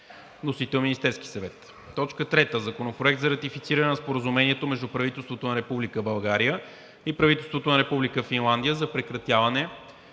– Министерският съвет. 3. Законопроект за ратифициране на Споразумението между правителството на Република България и правителството на Република Финландия за прекратяването